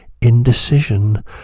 indecision